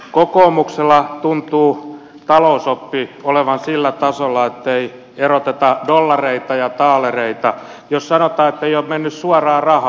kokoomuksella tuntuu talousoppi olevan sillä tasolla ettei eroteta dollareita ja taalereita jos sanotaan ettei ole mennyt suoraa rahaa